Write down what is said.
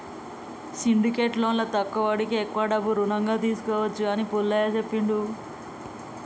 syndicate లోన్లో తక్కువ వడ్డీకే ఎక్కువ డబ్బు రుణంగా తీసుకోవచ్చు అని పుల్లయ్య చెప్పిండు